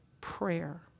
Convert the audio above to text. prayer